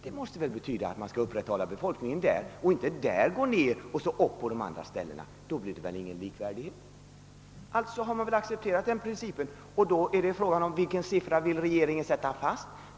Det måste väl betyda att man skall upprätthålla befolkningsunderlaget där, inte minska det, eftersom det ökar på andra håll. Annars blir det väl ingen likvärdighet? Den principen har man alltså accepterat. Frågan är då vilken siffra regeringen vill inrikta sig på.